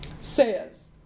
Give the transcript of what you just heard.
says